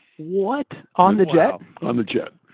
what? on the jet? on the jet.